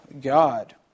God